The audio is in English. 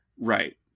Right